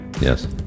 Yes